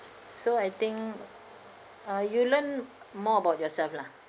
so I think uh you learn more about yourself lah